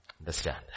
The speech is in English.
understand